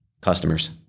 Customers